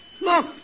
look